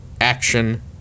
action